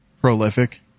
prolific